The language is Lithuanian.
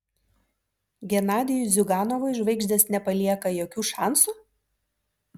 genadijui ziuganovui žvaigždės nepalieka jokių šansų